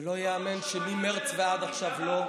זה לא ייאמן, שממרץ ועד עכשיו לא.